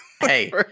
hey